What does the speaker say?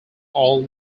all